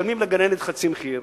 משלמים לגננת חצי מחיר,